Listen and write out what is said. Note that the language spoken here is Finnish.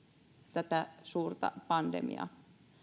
tätä suurta pandemiaa